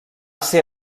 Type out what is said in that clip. ser